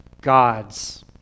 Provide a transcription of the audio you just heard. God's